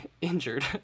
injured